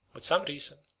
with some reason,